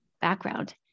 background